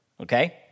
okay